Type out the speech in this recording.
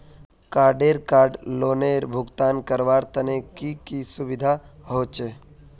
Credit card लोनेर भुगतान करवार तने की की सुविधा होचे??